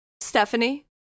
stephanie